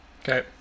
Okay